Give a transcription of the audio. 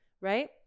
Right